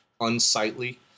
unsightly